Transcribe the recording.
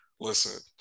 Listen